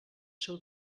seu